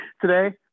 today